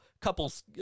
Couples